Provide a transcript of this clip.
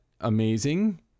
amazing